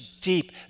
deep